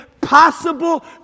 possible